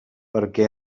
perquè